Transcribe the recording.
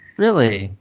really?